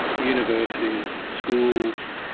universities, schools,